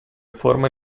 forma